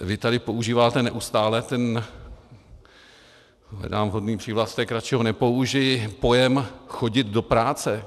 Vy tady používáte neustále ten hledám vhodný přívlastek, radši ho nepoužiji pojem chodit do práce.